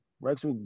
Rex